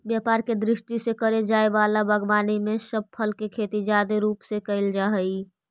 व्यापार के दृष्टि से करे जाए वला बागवानी में फल सब के खेती जादे रूप से कयल जा हई